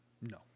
No